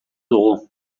dugu